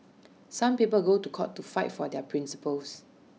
some people go to court to fight for their principles